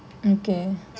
ya